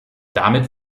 damit